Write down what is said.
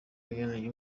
iryn